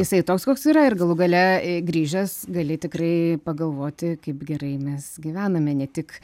jisai toks koks yra ir galų gale grįžęs gali tikrai pagalvoti kaip gerai mes gyvename ne tik